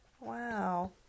wow